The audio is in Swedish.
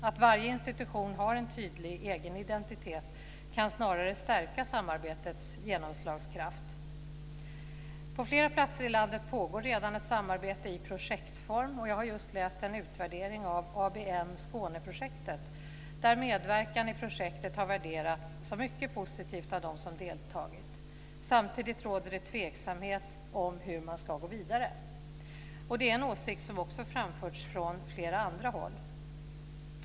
Att varje institution har en tydlig egen identitet kan snarare stärka samarbetets genomslagskraft. På flera platser i landet pågår redan ett samarbete i projektform. Jag har just läst en utvärdering av ABM - Skåneprojektet, där medverkan i projektet har värderats som mycket positivt av de som deltagit. Samtidigt råder det tveksamhet om hur man ska gå vidare. Det är en åsikt som också har framförts från flera andra håll.